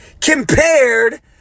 compared